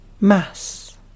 Mass